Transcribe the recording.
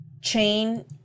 Chain